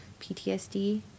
PTSD